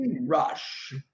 Rush